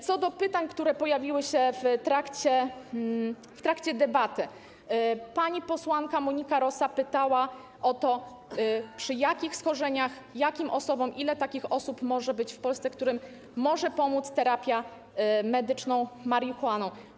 Co do pytań, które pojawiły się w trakcie debaty, to pani posłanka Monika Rosa pytała o to, przy jakich schorzeniach, jakim osobom, ile takich osób może być w Polsce, którym może pomóc terapia medyczną marihuaną.